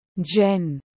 Jen